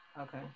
Okay